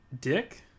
Dick